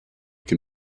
can